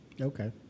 Okay